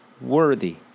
worthy